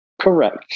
Correct